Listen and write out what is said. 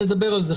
נדבר על זה.